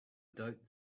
doubt